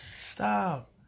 stop